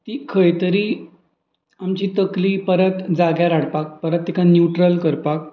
ती खंय तरी आमची तकली परत जाग्यार हाडपाक परत तिका न्युट्रल करपाक